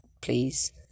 please